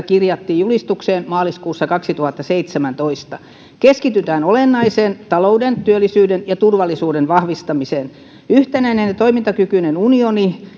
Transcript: kirjattiin julistukseen maaliskuussa kaksituhattaseitsemäntoista keskitytään olennaiseen talouden työllisyyden ja turvallisuuden vahvistamiseen yhtenäinen ja toimintakykyinen unioni